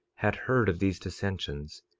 had heard of these dissensions,